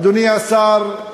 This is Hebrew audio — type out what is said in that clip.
אדוני השר,